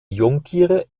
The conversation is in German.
jungtiere